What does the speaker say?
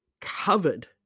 covered